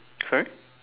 sorry